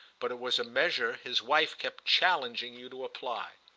but it was a measure his wife kept challenging you to apply.